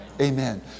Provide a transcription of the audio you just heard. Amen